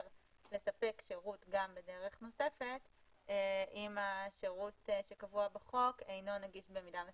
לספק שירות גם בדרך נוספת אם השירות שקבוע בחוק אינו נגיש במידה מספקת.